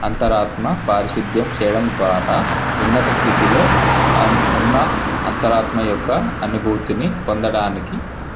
అంతరాత్మ పారిశుధ్యం చేయడం ద్వారా ఉన్నత స్థితిలో ఉన్న అంతరాత్మ యొక్క అనుభూతిని పొందడానికి